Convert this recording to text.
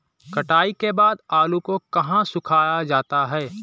कटाई के बाद आलू को कहाँ सुखाया जाता है?